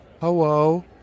Hello